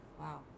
Wow